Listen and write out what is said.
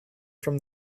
from